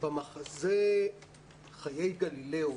במחזה חיי גלילאו,